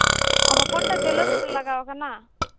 ᱦᱚᱯᱚᱱᱴᱟ jewellers ᱨᱮ ᱞᱟᱜᱟᱣ ᱠᱟᱱᱟ